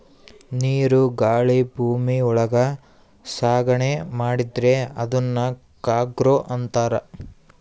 ನೀರು ಗಾಳಿ ಭೂಮಿ ಒಳಗ ಸಾಗಣೆ ಮಾಡಿದ್ರೆ ಅದುನ್ ಕಾರ್ಗೋ ಅಂತಾರ